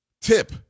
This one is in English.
Tip